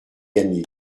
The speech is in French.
gagné